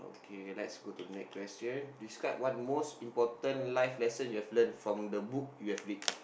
okay let go to the next question describe one most important life lesson you've learn from the book you've read